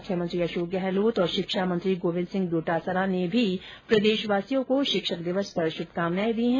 मुख्यमंत्री अशोक गहलोत और शिक्षा मंत्री गोविन्द सिंह डोटासरा ने भी प्रदेशवासियों को शिक्षक दिवस की शुभकामनाएं दी है